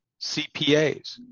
CPAs